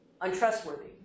untrustworthy